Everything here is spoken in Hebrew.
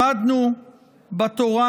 למדנו בתורה